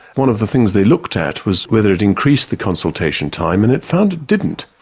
one of the things they looked at was whether it increased the consultation time, and it found it didn't.